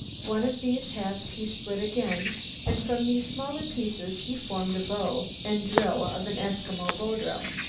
one of these halves he split again and from these smaller pieces he formed the bow and drill of an eskimo bow-drill.